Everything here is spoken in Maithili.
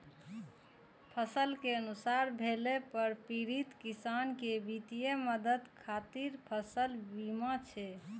फसल कें नुकसान भेला पर पीड़ित किसान कें वित्तीय मदद खातिर फसल बीमा छै